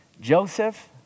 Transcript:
Joseph